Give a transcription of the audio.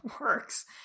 works